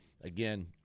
again